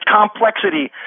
complexity